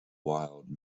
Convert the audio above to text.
wild